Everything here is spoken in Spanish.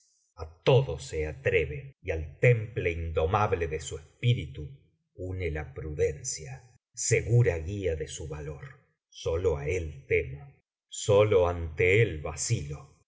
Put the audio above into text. tercero escena i atreve y al temple indomable de su espíritu une la prudencia segura guía de su valor sólo á él temo sólo ante él vacilo